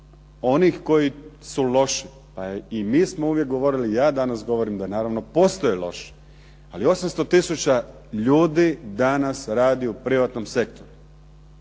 onih koji su loši. Pa i mi smo uvijek govorili, ja danas govorim da naravno postoje loši. Ali 800 tisuća ljudi danas radi u privatnom sektoru.